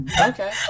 Okay